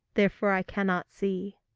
therefore i cannot see.